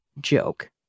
joke